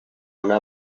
una